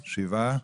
שבעה.